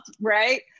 right